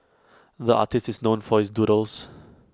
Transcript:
the artist is known for his doodles